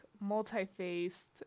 multi-faced